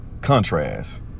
contrast